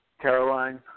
Caroline